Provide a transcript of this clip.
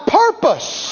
purpose